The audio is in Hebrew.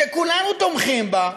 שכולנו תומכים בה,